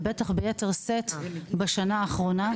ובטח ביתר שאת בשנה האחרונה.